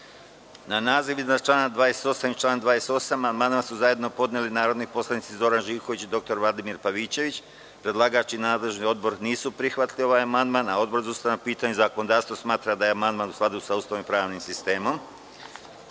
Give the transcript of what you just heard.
naziv iznad člana 28. i član 28. amandman su zajedno podneli narodni poslanici Zoran Živković i dr Vladimir Pavićević. Predlagač i nadležni odbor nisu prihvatili ovaj amandman. Odbor za ustavna pitanja i zakonodavstvo smatra da je amandman u skladu sa Ustavom i pravnim sistemom. Na